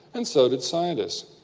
and so did scientists.